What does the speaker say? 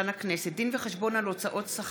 ט"ו בשבט התש"ף